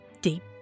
deep